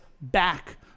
back